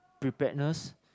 preparedness